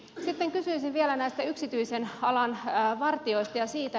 sitten kysyisin vielä näistä yksityisen alan vartijoista